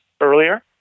earlier